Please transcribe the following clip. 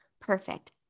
Perfect